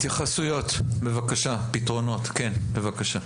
התייחסויות, פתרונות, בבקשה.